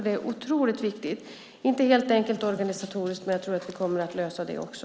Det är otroligt viktigt, inte helt enkelt organisatoriskt, men jag tror att vi kommer att lösa det också.